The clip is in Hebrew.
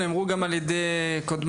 נאמרו גם על ידי קודמייך,